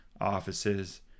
offices